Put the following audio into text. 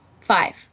Five